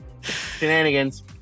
shenanigans